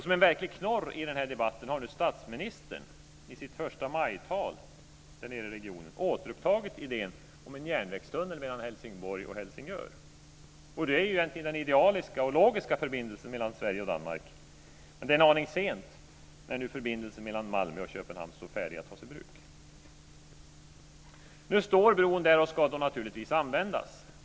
Som en verklig knorr i den här debatten har statsministern i sitt förstamajtal i regionen återupptagit idén om en järnvägstunnel mellan Helsingborg och Helsingör. Det är egentligen den idealiska och logiska förbindelsen mellan Sverige och Danmark. Men det är en aning sent, när nu förbindelsen mellan Malmö och Köpenhamn står färdig att tas i bruk. Nu står bron där och ska naturligtvis användas.